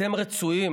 אתם רצויים.